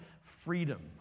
freedom